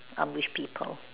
I'm with people